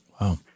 Wow